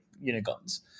unicorns